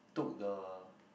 took the